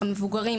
המבוגרים,